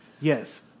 Yes